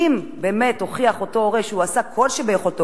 אם באמת הוכיח אותו הורה שהוא עשה כל שביכולתו